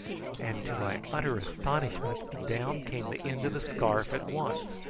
and to my utter astonishment down came the end of the scarf at once,